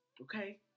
Okay